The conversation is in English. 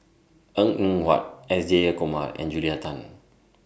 Png Eng Huat S Jayakumar and Julia Tan